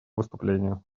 выступление